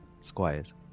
squires